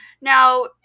Now